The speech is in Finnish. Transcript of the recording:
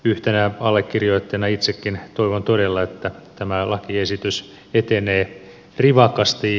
yhtenä allekirjoittajana itsekin toivon todella että tämä lakiesitys etenee rivakasti